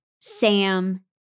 Sam